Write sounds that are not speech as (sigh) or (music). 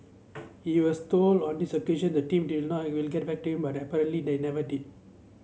he was told on these occasion that the team (unintelligible) will get back to him but apparently they never did